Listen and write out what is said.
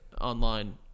Online